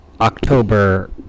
October